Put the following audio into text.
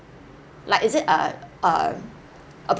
like is it a a a